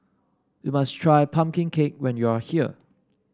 you must try pumpkin cake when you are here